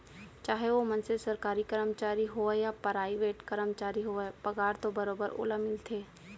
चाहे ओ मनसे सरकारी कमरचारी होवय या पराइवेट करमचारी होवय पगार तो बरोबर ओला मिलथे